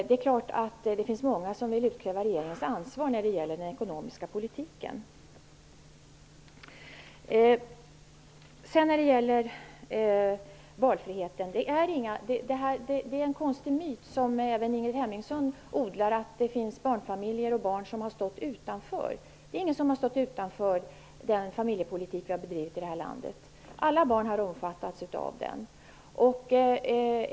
Det är klart att det är många som vill utkräva regeringens ansvar när det gäller den ekonomiska politiken. När det gäller valfriheten är det en konstig myt, som även Ingrid Hemmingsson odlar, att det finns barnfamiljer och barn som har stått utanför. Det är ingen som har stått utanför den familjepolitik som vi har bedrivit i det här landet -- alla barn har omfattats av den.